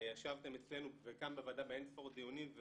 ישבתם אצלנו וכאן בוועדה באינספור דיונים,